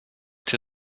die